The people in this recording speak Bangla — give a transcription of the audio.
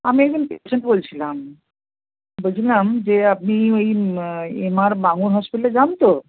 আমি একজন পেশেন্ট বলছিলাম বলছিলাম যে আপনি ওই এম আর বাঙুর হসপিটালে যান তো